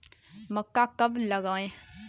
मक्का कब लगाएँ?